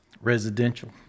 Residential